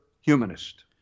humanist